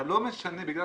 אתה לא משנה, בגלל